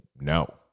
no